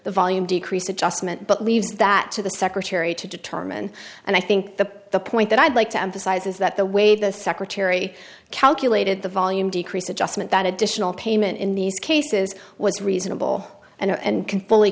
the volume decrease adjustment but leaves that to the secretary to determine and i think the point that i'd like to emphasize is that the way the secretary calculated the volume decrease adjustment that additional payment in these cases was reasonable and can fully